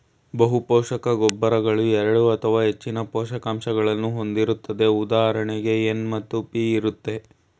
ಬಹುಪೋಷಕ ಗೊಬ್ಬರಗಳು ಎರಡು ಅಥವಾ ಹೆಚ್ಚಿನ ಪೋಷಕಾಂಶಗಳನ್ನು ಹೊಂದಿರುತ್ತದೆ ಉದಾಹರಣೆಗೆ ಎನ್ ಮತ್ತು ಪಿ ಇರುತ್ತೆ